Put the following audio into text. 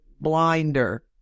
blinder